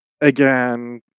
again